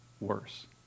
worse